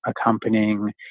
accompanying